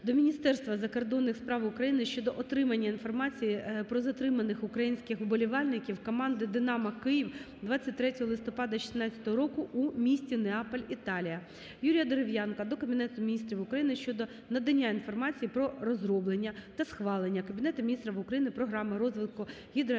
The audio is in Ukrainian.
до Міністерства закордонних справ України щодо отримання інформації про затриманих українських вболівальників команди "Динамо Київ" 23 листопада 2016 року у місті Неаполь (Італія). Юрія Дерев'янка до Кабінету Міністрів України щодо надання інформації про розроблення та схвалення Кабінетом Міністрів України Програми розвитку гідроенергетики